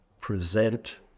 present